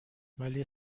ولی